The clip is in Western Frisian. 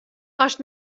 ast